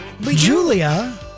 Julia